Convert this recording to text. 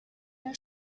your